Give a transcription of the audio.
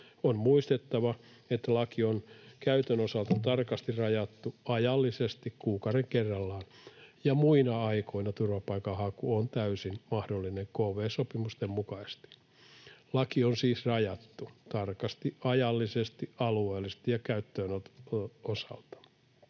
On muistettava, että laki on käytön osalta tarkasti rajattu ajallisesti, kuukauden kerrallaan, ja muina aikoina turvapaikanhaku on täysin mahdollinen kv-sopimusten mukaisesti. Laki on siis rajattu tarkasti ajallisesti, alueellisesti ja käyttöönoton osalta.